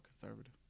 conservative